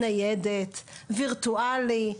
ניידת או וירטואלי.